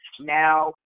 now